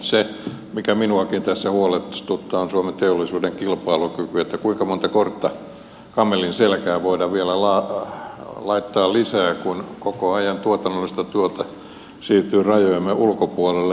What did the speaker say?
se mikä minuakin tässä huolestuttaa on suomen teollisuuden kilpailukyky kuinka monta kortta kamelin selkään voidaan vielä laittaa lisää kun koko ajan tuotannollista puolta siirtyy rajojemme ulkopuolelle